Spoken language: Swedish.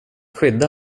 skydda